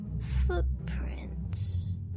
Footprints